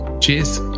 cheers